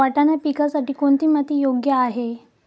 वाटाणा पिकासाठी कोणती माती योग्य आहे?